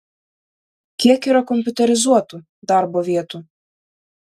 kiek yra kompiuterizuotų darbo vietų